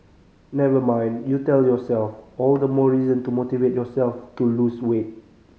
never mind you tell yourself all the more reason to motivate yourself to lose weight